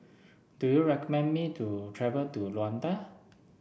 do you recommend me to travel to Luanda